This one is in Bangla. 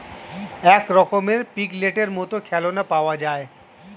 এক রকমের পিগলেটের মত খেলনা পাওয়া যায়